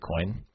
Bitcoin